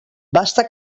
basta